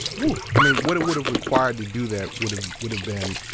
whoo. i mean, what it would have required to do that would have would have been,